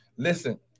Listen